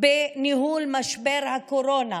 בניהול משבר הקורונה.